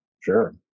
sure